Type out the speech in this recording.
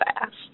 fast